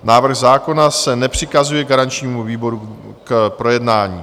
Návrh zákona se nepřikazuje garančnímu výboru k projednání.